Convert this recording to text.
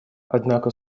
однако